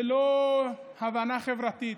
ללא הבנה חברתית,